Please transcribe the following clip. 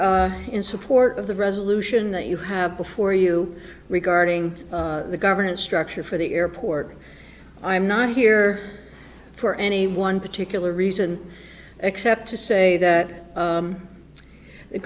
in support of the resolution that you have before you regarding the governance structure for the airport i'm not here for any one particular reason except to say that